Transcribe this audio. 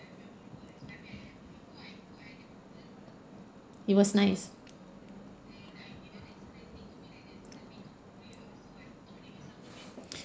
it was nice